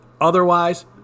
Otherwise